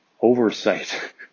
oversight